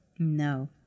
No